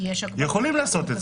יכולים לעשות את זה.